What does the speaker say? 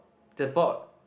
the board